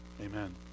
Amen